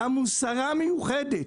שמו שרה מיוחדת,